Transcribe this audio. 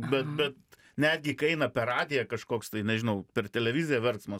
bet bet netgi kai eina per radiją kažkoks tai nežinau per televiziją verksmas